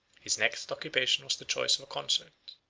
his next occupation was the choice of a consort.